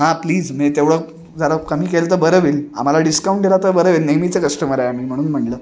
हा प्लीज म्हणजे तेवढं जरा कमी केलं तर बरं होईल आम्हाला डिस्काउंट दिला तर बरं होईल नेहमीचं कस्टमर आहे आम्ही म्हणून म्हणलं